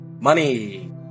money